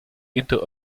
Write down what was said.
into